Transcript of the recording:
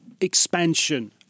expansion